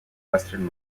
western